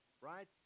Right